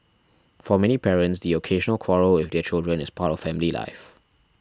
for many parents the occasional quarrel with their children is part of family life